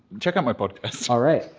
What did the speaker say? check out my podcast. all right,